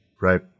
Right